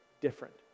different